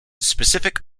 specific